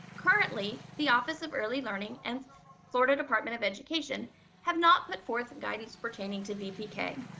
currently the office of early learning and florida department of education have not put forth guidance pertaining to vpk.